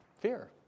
fear